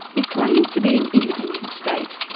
it claims to be an independent state,